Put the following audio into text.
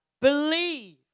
Believe